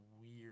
weird